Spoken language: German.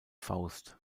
faust